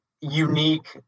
unique